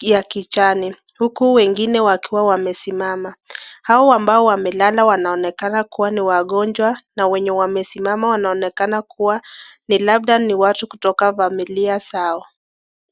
ya kijani, huku wengine wakiwa wamesimama. Hao ambao wamelala wanaonekana kuwa ni wagonjwa na wenye wamesimama wanaonekana kuwa ni labda ni watu kutoka familia zao.